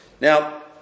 Now